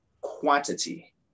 quantity